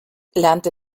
lernte